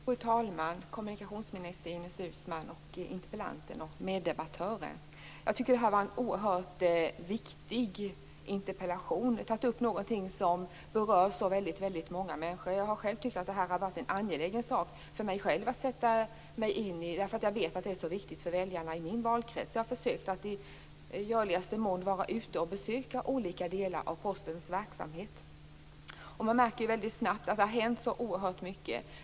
Fru talman! Kommunikationsminister Ines Uusmann! Interpellant och meddebattörer! Jag tycker att det här är en oerhört viktig interpellation. Den tar upp något som berör väldigt många människor. Det har också varit en angelägen fråga för mig att själv sätta mig in i. Jag vet att den är viktig för väljarna i min valkrets, och jag har därför försökt att i görligaste mån besöka olika delar av Postens verksamhet. Man märker snabbt att det har hänt så oerhört mycket.